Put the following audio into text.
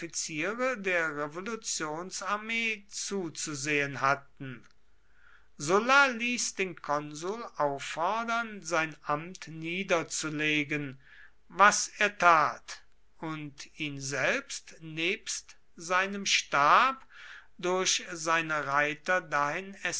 der revolutionsarmee zuzusehen hatten sulla ließ den konsul auffordern sein amt niederzulegen was er tat und ihn nebst seinem stab durch seine reiter dahin